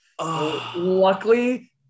Luckily